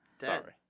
sorry